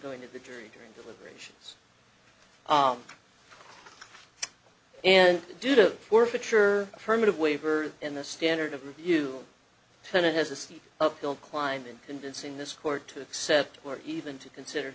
going to the jury during deliberations omf and due to forfeiture affirmative waiver and the standard of review the senate has a steep uphill climb in convincing this court to accept or even to consider